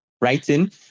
writing